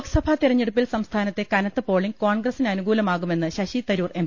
ലോക്സഭാ തെരഞ്ഞെടുപ്പിൽ സംസ്ഥാനത്തെ കനത്ത പോളിങ് കോൺഗ്രസിന് അനുകൂലമാകുമെന്ന് ശശിതരൂർ എം